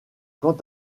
quant